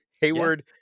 Hayward